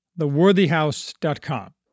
theworthyhouse.com